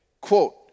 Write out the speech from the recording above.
quote